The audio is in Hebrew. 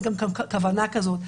לאף אחד אין כוונה כזאת.